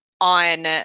on